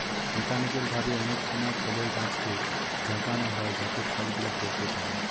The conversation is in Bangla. মেকানিক্যাল ভাবে অনেক সময় ফলের গাছকে ঝাঁকানো হয় যাতে ফল গুলা পড়তে পারে